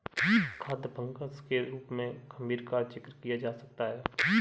खाद्य फंगस के रूप में खमीर का जिक्र किया जा सकता है